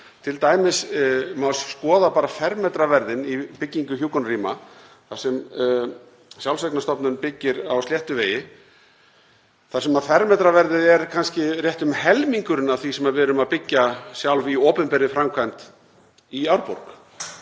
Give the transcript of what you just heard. af, t.d. má skoða bara fermetraverðið í byggingu hjúkrunarrýma, en þar sem sjálfseignarstofnun byggir á Sléttuvegi er fermetraverðið kannski rétt um helmingurinn af því sem við erum að byggja sjálf í opinberri framkvæmd í Árborg.